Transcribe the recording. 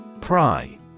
Pry